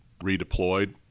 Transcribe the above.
redeployed